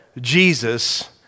Jesus